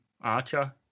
Archer